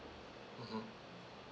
mmhmm